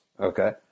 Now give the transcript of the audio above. Okay